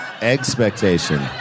Expectation